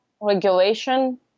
regulation